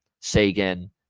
Sagan